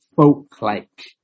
folk-like